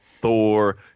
Thor